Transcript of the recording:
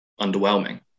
underwhelming